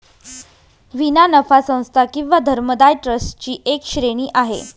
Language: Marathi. विना नफा संस्था किंवा धर्मदाय ट्रस्ट ची एक श्रेणी आहे